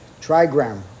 trigram